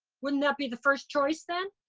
wouldn't that be the first choice then?